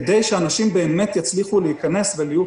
כדי שאנשים באמת יצליחו להיכנס ולהיות